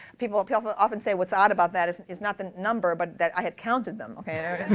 people people often say what's odd about that is is not the number, but that i had counted them.